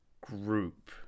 group